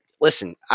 listen